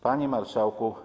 Panie Marszałku!